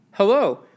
Hello